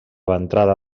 ventrada